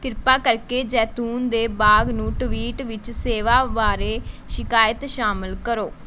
ਕਿਰਪਾ ਕਰਕੇ ਜੈਤੂਨ ਦੇ ਬਾਗ ਨੂੰ ਟਵੀਟ ਵਿੱਚ ਸੇਵਾ ਬਾਰੇ ਸ਼ਿਕਾਇਤ ਸ਼ਾਮਲ ਕਰੋ